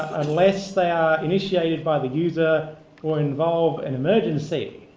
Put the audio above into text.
unless they are initiated by the user or involved in emergency.